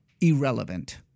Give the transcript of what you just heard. Irrelevant